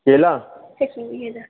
केला